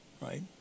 right